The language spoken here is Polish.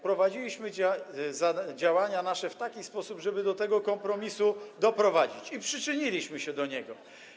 Prowadziliśmy nasze działania w taki sposób, żeby do tego kompromisu doprowadzić, i przyczyniliśmy się do niego.